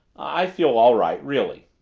i feel all right really.